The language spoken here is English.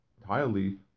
entirely